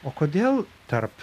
o kodėl tarp